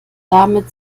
damit